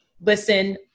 listen